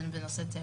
זה בנושא תיירות.